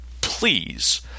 please